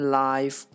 life